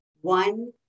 one